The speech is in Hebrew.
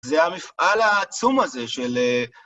זה המפעל העצום הזה של...